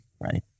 right